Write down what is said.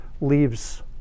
leaves